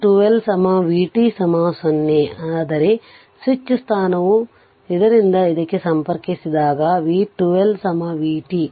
v12 vt 0 ಆದರೆ switch ಸ್ಥಾನವು ಇದರಿಂದ ಇದಕ್ಕೆ ಸಂಪರ್ಕಿಸಿದಾಗ v12 vt v0